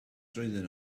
trwyddyn